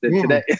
today